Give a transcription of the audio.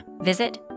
visit